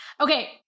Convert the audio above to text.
Okay